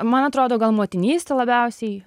man atrodo gal motinystė labiausiai